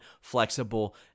flexible